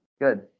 Good